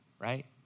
right